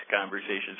Conversations